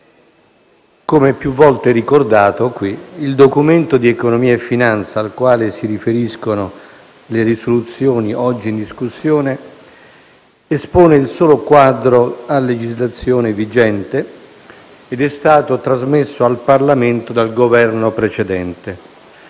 come più volte qui ricordato, il Documento di economia e finanza al quale si riferiscono le risoluzioni oggi in discussione espone il solo quadro a legislazione vigente ed è stato trasmesso al Parlamento dal Governo precedente.